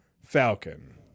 Falcon